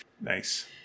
Nice